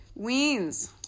weens